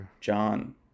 John